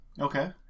Okay